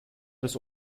des